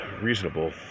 reasonable